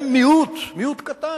הם מיעוט, מיעוט קטן.